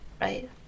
right